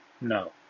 no